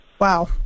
Wow